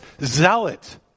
zealot